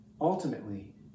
ultimately